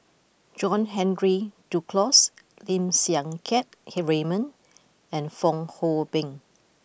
John Henry Duclos Lim Siang Keat Raymond and Fong Hoe Beng